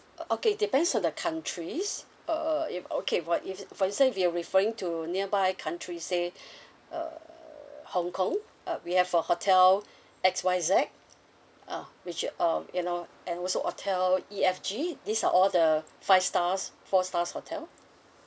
uh okay depends on the countries uh uh if okay for ifs~ for instance if you're referring to nearby country say uh hong kong uh we have for hotel X Y Z ah which um you know and also hotel E F G these are all the five stars four stars hotel